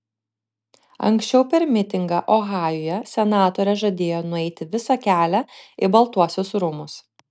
anksčiau per mitingą ohajuje senatorė žadėjo nueiti visą kelią į baltuosius rūmus